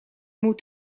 moet